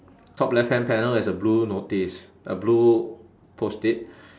top left hand panel is a blue notice a blue Post-it